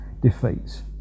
defeats